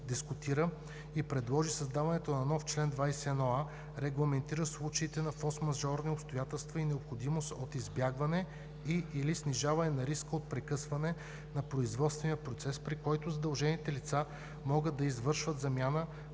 дискутира и предложи създаването на нов чл. 21а, регламентиращ случаите на форсмажорни обстоятелства и необходимост от избягване и/или снижаване на риска от прекъсване на производствения процес, при които задължените лица да могат да извършват замяна,